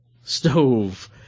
stove